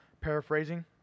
paraphrasing